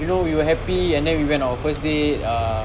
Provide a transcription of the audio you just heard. you know you were happy and then we went our first date ah